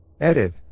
Edit